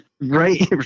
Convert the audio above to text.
Right